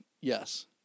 Yes